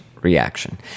reaction